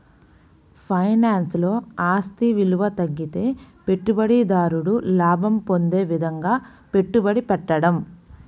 ఫైనాన్స్లో, ఆస్తి విలువ తగ్గితే పెట్టుబడిదారుడు లాభం పొందే విధంగా పెట్టుబడి పెట్టడం